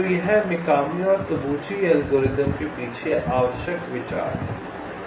तो यह मिकामी और तबूची एल्गोरिथम के पीछे आवश्यक विचार है